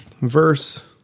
Verse